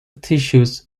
tissues